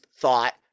thought